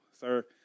sir